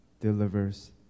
delivers